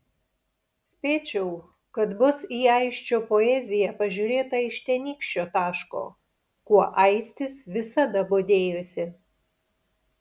spėčiau kad bus į aisčio poeziją pažiūrėta iš tenykščio taško kuo aistis visada bodėjosi